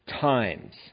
times